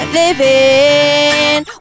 living